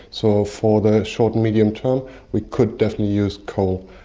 so for the short and medium term we could definitely use coal.